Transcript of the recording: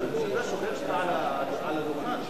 לרשויות המקומיות הייתי אצל מבקר המדינה לגבי דיווח על רשימות משותפות,